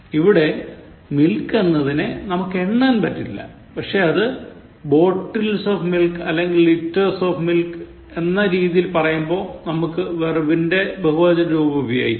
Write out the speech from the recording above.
ഇവിടെ "Milk" എന്നതിനെ നമുക്ക് എണ്ണാൻ പറ്റില്ല പക്ഷേ ഇത് bottles of milkliters of milk എന്നാ രീതിയിൽ പറയുമ്പോൾ നമുക്ക് വെർബിന്റെ ബഹുവചന രൂപം ഉപയോഗിക്കാം